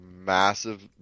massive